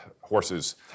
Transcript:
horses